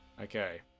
Okay